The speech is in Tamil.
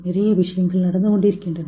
நிறைய விஷயங்கள் நடந்து கொண்டிருக்கின்றன